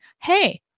hey